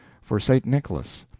for st. nicholas.